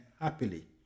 happily